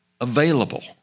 available